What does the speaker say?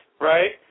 right